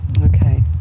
okay